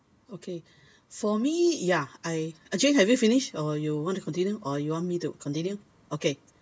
okay for me yeah I actually have you finished or you want to continue or you want me to continue okay